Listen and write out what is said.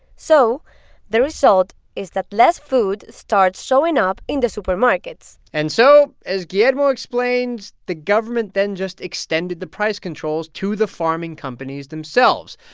so the result is that less less food starts showing up in the supermarkets and so, as guillermo explains, the government then just extended the price controls to the farming companies themselves.